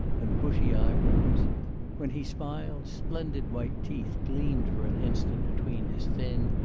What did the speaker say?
and bushy eyebrows when he smiled, splendid white teeth gleamed for an instant between his thin,